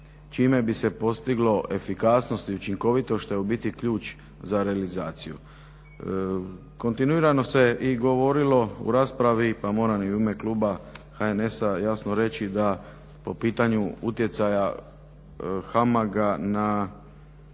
čime bi se postiglo efikasnost i učinkovitost što je u biti ključ za realizaciju. Kontinuirano se i govorili u raspravi pa moram i u ime kluba HNS-a jasno reći da po pitanju utjecaja HAMAG-a na